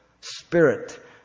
spirit